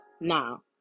now